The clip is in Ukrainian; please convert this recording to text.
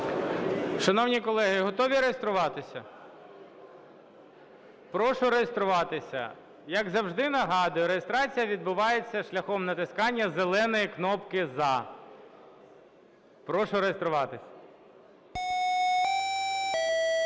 Шановні колеги, готові реєструватись? Прошу реєструватись. Як завжди, нагадую, реєстрація відбувається шляхом натискання зеленої кнопки "за". Прошу реєструватись.